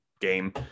game